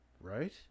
right